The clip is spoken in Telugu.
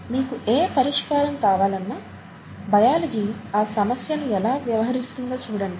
మీకు ఏ పరిష్కారం కావాలన్నా బయాలజీ ఆ సమస్యను ఎలా వ్యవహరిస్తుందో చూడండి